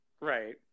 Right